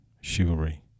chivalry